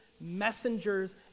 messengers